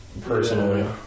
personally